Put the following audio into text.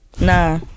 nah